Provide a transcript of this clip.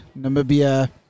Namibia